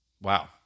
Wow